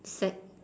sec~